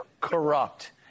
corrupt